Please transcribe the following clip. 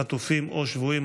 חטופים או שבויים,